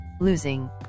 losing